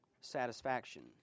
satisfaction